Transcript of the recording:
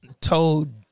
told